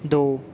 ਦੋ